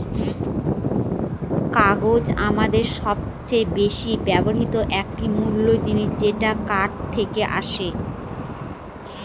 কাগজ আমাদের সবচেয়ে বেশি ব্যবহৃত একটি মূল জিনিস যেটা কাঠ থেকে আসে